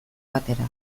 batera